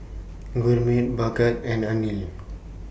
Gurmeet Bhagat and Anil